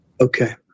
Okay